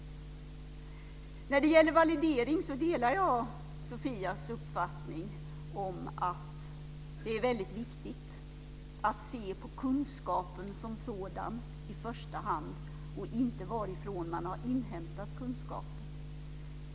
När det gäller validering delar jag Sofias uppfattning om att det är väldigt viktigt att se på kunskapen som sådan i första hand och inte varifrån man har inhämtat kunskapen.